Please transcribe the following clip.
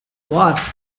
wharf